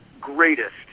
greatest